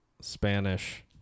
Spanish